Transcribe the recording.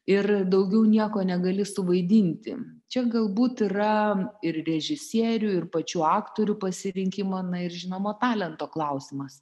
ir daugiau nieko negali suvaidinti čia galbūt yra ir režisierių ir pačių aktorių pasirinkimo na ir žinoma talento klausimas